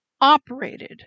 operated